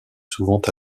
souvent